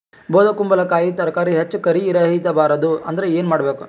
ಬೊದಕುಂಬಲಕಾಯಿ ತರಕಾರಿ ಹೆಚ್ಚ ಕರಿ ಇರವಿಹತ ಬಾರದು ಅಂದರ ಏನ ಮಾಡಬೇಕು?